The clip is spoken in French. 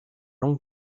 longue